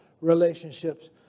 relationships